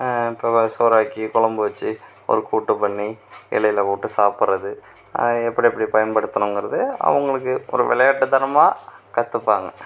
இப்போ சோறாக்கி கொழம்பு வச்சு ஒரு கூட்டு பண்ணி இலையில் போட்டு சாப்பிடுறது அது எப்படி எப்படி பயன்படுத்தணுங்கிறது அவங்களுக்கு ஒரு விளையாட்டுத்தனமாக கற்றுப்பாங்க